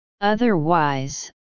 Otherwise